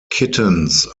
kittens